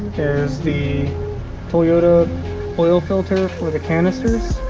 is the toyota oil filter for the canisters.